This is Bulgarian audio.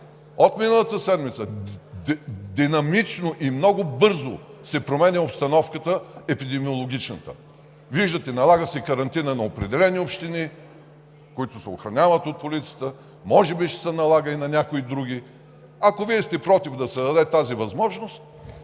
от миналата седмица динамично и много бързо се променя епидемиологичната обстановка. Виждате – налага се карантина на определени общини, които се охраняват от полицията, може би ще се налага и на някои други. Ако Вие сте против да се даде тази възможност,